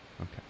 Okay